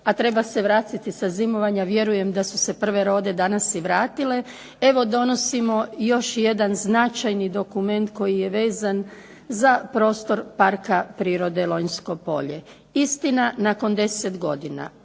a treba se vratiti sa zimovanja. Vjerujem da su se prve rode danas i vratile, evo donosimo još jedan značajni dokument koji je vezan za prostor Parka prirode Lonjsko polje. Istina nakon 10 godina.